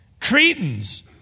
Cretans